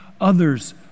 others